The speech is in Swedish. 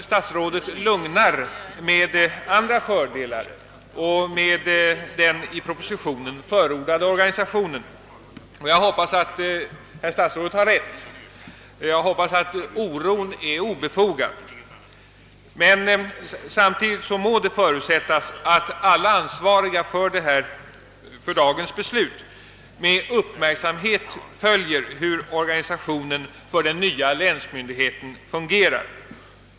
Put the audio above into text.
Statsrådet lugnar med andra fördelar och med den i propositionen förordade organisationen. Jag hoppas att herr statsrådet har rätt, och jag hoppas att oron är obefogad. Samtidigt må det förutsättas att alla ansvariga för dagens beslut med uppmärksamhet följer hur organisationen för den nya länsmyndigheten fungerar.